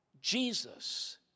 Jesus